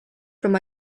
from